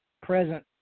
Present